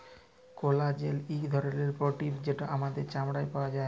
collagen ইক ধরলের পরটিল যেট আমাদের চামড়ায় পাউয়া যায়